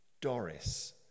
Doris